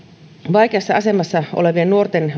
vaikeassa asemassa olevien nuorten